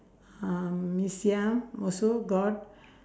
um mee-siam also got